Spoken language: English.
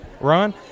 Ron